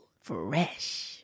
Fresh